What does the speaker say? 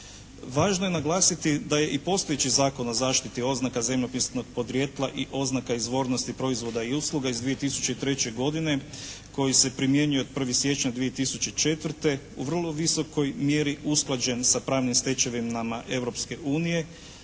Važno je naglasiti da je i postojeći Zakon o zaštiti oznaka zemljopisnog porijekla i oznaka izvornosti proizvoda i usluga iz 2003. godine koji se primjenjuje od 1. siječnja 2004. u vrlo visokoj mjeri usklađen sa pravnim stečevinama